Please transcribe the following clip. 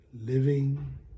Living